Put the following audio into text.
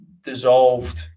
dissolved